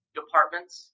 departments